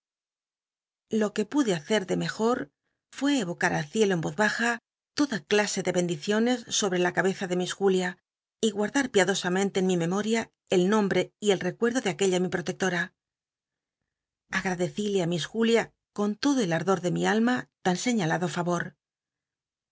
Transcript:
lo que pude hace de mejor fué c ocal al ciclo en oz baja toda clae m hcmliciones sobre la cahez de miss julia y guai'dar piadosamente en mi memoria el nombc y l'l r'cl'ucrdo de aquella mi protectora agradccilc i mb julia con todo el ardor de mi lima tan sciialado favor